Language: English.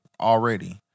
already